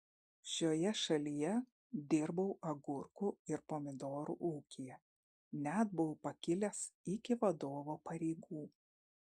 šioje šalyje dirbau agurkų ir pomidorų ūkyje net buvau pakilęs iki vadovo pareigų